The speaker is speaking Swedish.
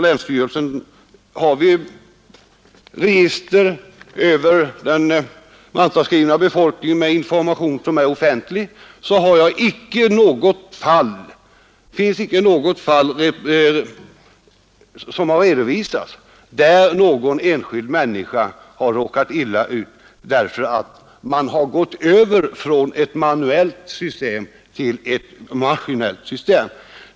ljnsstyrelsen finns regiter över den mantalsskrivna befolkningen med information som 2 oftentlig har det inte redovisats nagot fall där nagon enskild människa hor rakat illa ut därför att man har gätt över från ett manuellt system till ett omaskineila.